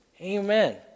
amen